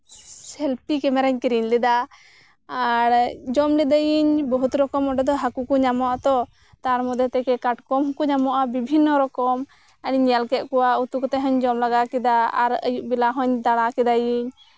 selfie ᱠᱮᱢᱮᱨᱟᱧ ᱠᱤᱨᱤᱧ ᱞᱮᱫᱟ ᱟᱨ ᱡᱚᱢ ᱞᱮᱫᱮᱭᱤᱧ ᱵᱚᱦᱩᱛ ᱨᱚᱠᱚᱢ ᱚᱸᱰᱮ ᱫᱚ ᱦᱟ ᱠᱩ ᱠᱚ ᱧᱟᱢᱚᱜ ᱟᱛᱚ ᱛᱟᱨ ᱢᱚᱫᱽᱫᱷᱮ ᱛᱷᱮᱠᱮ ᱠᱟᱴᱠᱚᱢ ᱦᱚᱸᱠᱚ ᱧᱟᱢᱚᱜᱼᱟ ᱵᱷᱤᱵᱤᱱᱱᱚ ᱨᱚᱠᱚᱢ ᱟᱨᱤᱧ ᱧᱮᱞ ᱠᱮᱫ ᱠᱚᱣᱟ ᱩᱛᱩ ᱠᱟᱛᱮ ᱦᱚᱸ ᱡᱚᱢᱼᱧᱩ ᱠᱮᱫᱟ ᱟᱨ ᱟᱭᱩᱵ ᱵᱮᱞᱟ ᱦᱚᱧ ᱛᱟᱲᱟᱣ ᱠᱮᱫᱟ ᱤᱧ